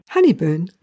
Honeyburn